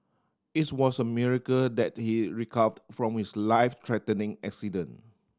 its was a miracle that he recovered from his life threatening accident